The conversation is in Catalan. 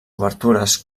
obertures